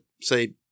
say